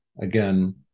again